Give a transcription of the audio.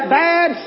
bad